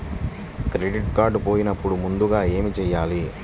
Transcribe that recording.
Credit card పోయినపుడు ముందుగా ఏమి చేయాలి?